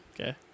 Okay